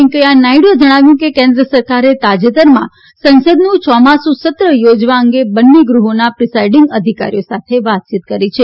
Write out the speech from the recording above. વૈંકેયા નાયડુએ જણાવ્યું છે કે કેન્દ્ર સરકારે તાજેતરમાં સંસદનું ચોમાસુ સત્ર યોજવા અંગે બંને ગૃહોના પ્રિસાઈડીંગ અધિકારીઓ સાથે વાતચીત કરી છે